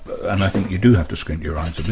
and i think you do have to squint your eyes a bit,